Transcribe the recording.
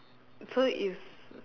so it's